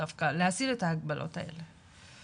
להסיר את ההגבלות האלה.